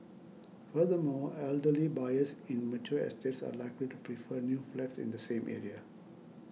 furthermore elderly buyers in mature estates are likely to prefer new flats in the same area